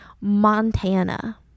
montana